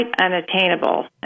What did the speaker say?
unattainable